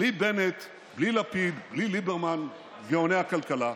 בלי בנט, בלי לפיד, בלי ליברמן, גאוני הכלכלה,